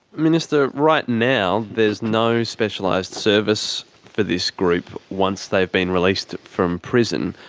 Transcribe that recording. minister, right now, there's no specialised service for this group once they've been released from prison.